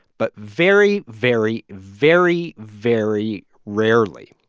but very, very, very, very rarely,